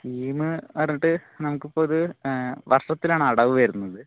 scheme അറിഞ്ഞിട്ട് നമുക്കിപ്പം അത് വർഷത്തിലാണ് അടവ് വരുന്നത്